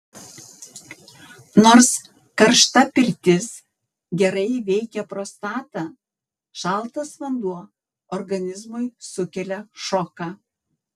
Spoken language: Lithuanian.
nors karšta pirtis gerai veikia prostatą šaltas vanduo organizmui sukelia šoką